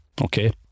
Okay